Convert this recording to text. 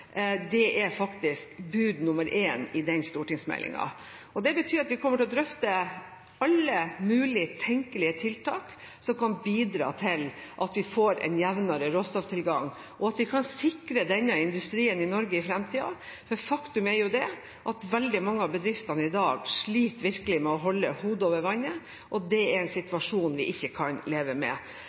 er faktisk bud nr. én i den stortingsmeldingen. Det betyr at vi kommer til å drøfte alle mulige tenkelige tiltak som kan bidra til at vi får en jevnere råstofftilgang, og at vi kan sikre denne industrien i Norge i fremtiden. Faktum er at veldig mange av bedriftene i dag virkelig sliter med å holde hodet over vannet, og det er en situasjon vi ikke kan leve med.